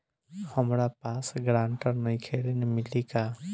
हमरा पास ग्रांटर नईखे ऋण मिली का?